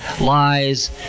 lies